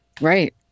Right